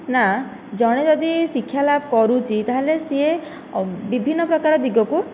ନା ଜଣେ ଯଦି ଶିକ୍ଷା ଲାଭ କରୁଛି ତାହେଲେ ସିଏ ବିଭିନ୍ନ ପ୍ରକାର ଦିଗକୁ